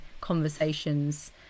conversations